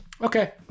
Okay